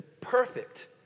perfect